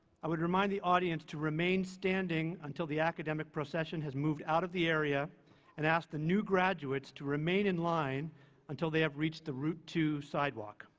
i would remind the audience to remain standing until after the academic procession has moved out of the area and ask the new graduates to remain in line until they have reached the route two sidewalk.